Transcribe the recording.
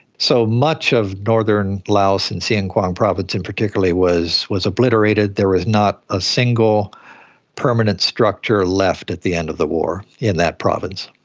so, much of northern laos and xiangkhouang province in particular was was obliterated. there was not a single permanent structure left at the end of the war in that province.